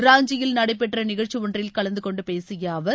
ராஞ்சியில் நடைபெற்ற நிகழ்ச்சி ஒன்றில் கலந்தகொண்டு பேசிய அவர்